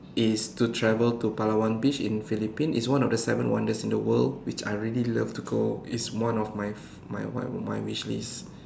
is to travel to Palawan beach in Philippines it's one of the seven wonders in the world which I really love to go it's one of my my my wishlist